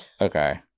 Okay